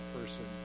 person